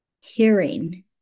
hearing